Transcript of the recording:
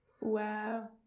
wow